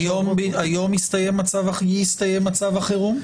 היום הסתיים מצב החירום.